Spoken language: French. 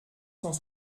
cent